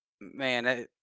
man